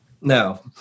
No